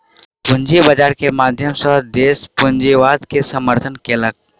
पूंजी बाजार के माध्यम सॅ देस पूंजीवाद के समर्थन केलक